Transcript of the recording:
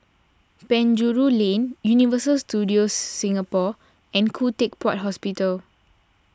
Penjuru Lane Universal Studios Singapore and Khoo Teck Puat Hospital